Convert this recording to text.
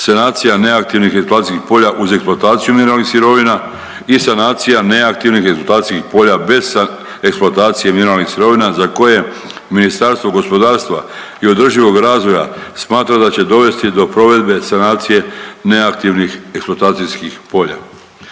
Sanacija neaktivnih eksploatacijskih polja uz eksploataciju mineralnih sirovina i sanacija neaktivnih eksploatacijskih polja bez eksploatacije mineralnih sirovina za koje Ministarstvo gospodarstva i održivog razvoja smatra da će dovesti do provedbe sanacije neaktivnih eksploatacijskih polja.